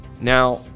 Now